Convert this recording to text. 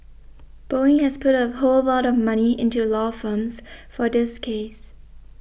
Boeing has put a whole lot of money into law firms for this case